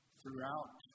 throughout